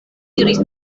diris